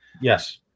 Yes